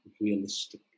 realistic